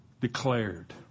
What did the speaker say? Declared